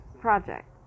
project